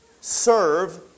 serve